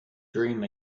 dream